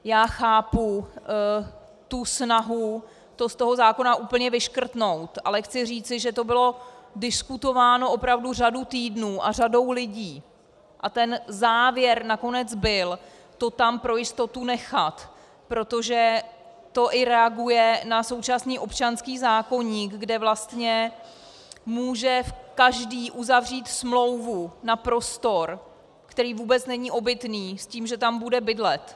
Já chápu snahu to z toho zákona úplně vyškrtnout, ale chci říci, že to bylo diskutováno opravdu řadu týdnů a řadou lidí a závěr nakonec byl to tam pro jistotu nechat, protože to i reaguje na současný občanský zákoník, kde vlastně může každý uzavřít smlouvu na prostor, který vůbec není obytný, s tím, že tam bude bydlet.